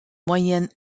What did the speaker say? moyennes